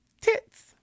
Tits